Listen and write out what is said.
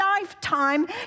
lifetime